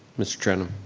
mr. trenum.